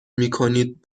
میکنید